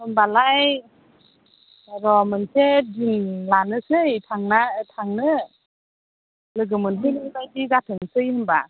होमबालाय र' मोनसे दिन लानोसै थांना थांनो लोगो मोनहैनाय बादि जाथोंसै होमबा